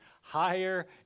higher